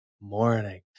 morning